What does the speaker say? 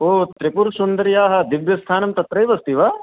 ओ त्रिपुरसुन्दर्याः दिव्य स्थानं तत्रैव अस्ति वा